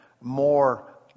more